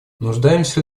нуждаемся